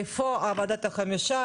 איפה ועדת החמישה?